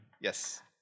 Yes